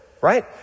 Right